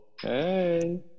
Hey